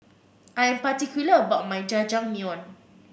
I'm particular about my Jajangmyeon